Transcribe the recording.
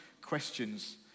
questions